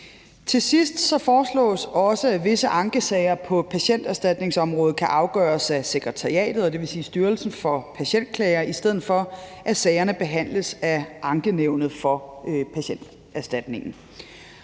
Til sidst foreslås det også, at visse ankesager på patienterstatningsområdet kan afgøres af sekretariatet, dvs. Styrelsen for Patientklager, i stedet for at sagerne behandles af Ankenævnet for Patienterstatningen.